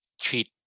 treat